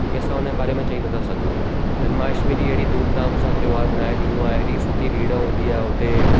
की असां हुन जे बारे में चई नथा सघूं जन्माष्टमी ॾींहुं हेॾी धूमधाम सां त्योहारु मल्हाइजंदो आहे हेॾी सुठी भीड़ हूंदी आहे हुते